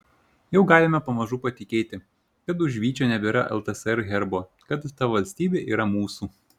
jau galime pamažu patikėti kad už vyčio nebėra ltsr herbo kad ta valstybė yra mūsų